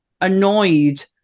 annoyed